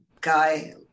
guy